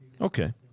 Okay